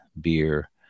beer